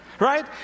Right